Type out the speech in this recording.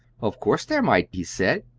of course there might, he said,